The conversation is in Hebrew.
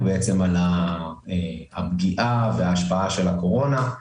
על הפגיעה ועל ההשפעה של הקורונה.